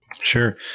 Sure